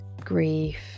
grief